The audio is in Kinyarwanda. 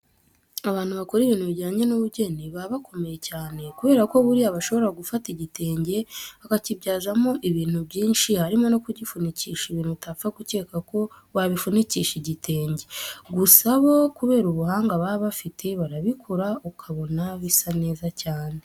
Abantu bakora ibintu bijyanye n'ubugeni baba bakomeye cyane kubera ko buriya bashobora gufata igitenge bakakibyazamo ibintu byinshi, harimo no kugifunikisha ibintu utapfa gukeka ko wabifunikisha igitenge. Gusa bo kubera ubuhanga baba bafite, barabikora ukanabona bisa neza cyane.